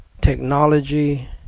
technology